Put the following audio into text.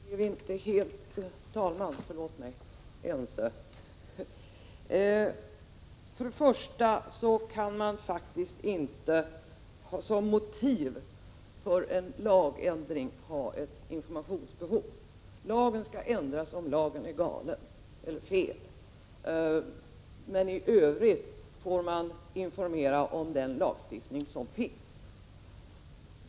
Herr talman! I den här delen är vi inte helt ense. För det första kan man faktiskt inte som motiv för en lagändring anföra informationsbehovet. Lagen skall ändras om den är felaktig, men i övrigt får man informera om den lagstiftning som finns.